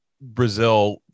brazil